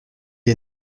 est